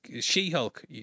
She-Hulk